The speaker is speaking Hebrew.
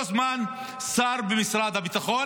ובאותו זמן שר במשרד הביטחון,